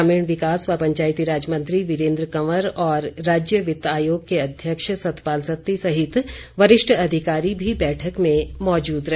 ग्रामीण विकास व पंचायतीराज मंत्री वीरेंद्र कंवर और राज्य वित्त आयोग के अध्यक्ष सतपाल सत्ती सहित वरिष्ठ अधिकारी भी बैठक में मौजूद रहे